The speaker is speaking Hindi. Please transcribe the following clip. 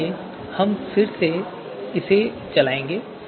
इसलिए हम इसे फिर से चलाएंगे